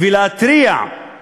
ומתריעים